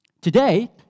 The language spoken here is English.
Today